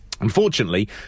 Unfortunately